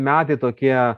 metai tokie